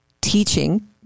teaching